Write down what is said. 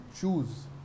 choose